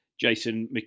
Jason